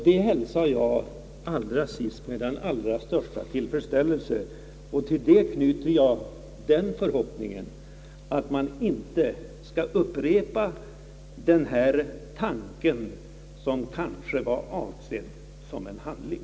Det hälsar jag med den allra största tillfredsställelse, och till det knyter jag den förhoppningen att man inte skall upprepa denna tanke som kanske var avsedd som en handling.